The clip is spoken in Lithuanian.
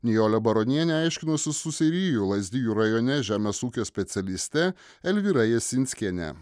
nijolė baronienė aiškinosi su seirijų lazdijų rajone žemės ūkio specialiste elvyra jasinskienė